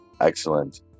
Excellent